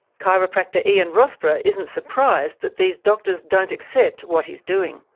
chiropractor ian rossborough isn't surprised that these doctors don't accept what he's doing.